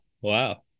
Wow